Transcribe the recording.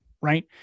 right